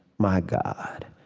my god,